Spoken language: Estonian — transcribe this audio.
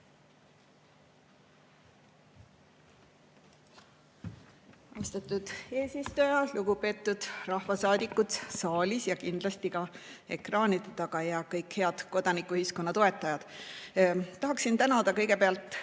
Austatud eesistuja! Lugupeetud rahvasaadikud saalis ja kindlasti ka ekraanide taga! Ja kõik head kodanikuühiskonna toetajad! Tahaksin tänada kõigepealt